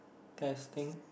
testing